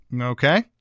Okay